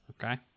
Okay